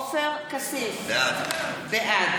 עופר כסיף, בעד